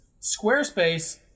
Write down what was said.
Squarespace